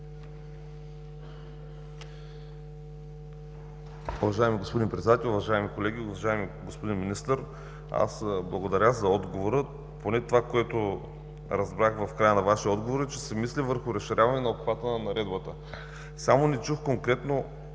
Уважаеми господин Председател, уважаеми колеги! Уважаеми господин Министър, благодаря за отговора. Разбрах в края на Вашия отговор, че се мисли върху разширяване на обхвата на Наредбата. Само не чух конкретно: